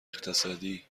اقتصادی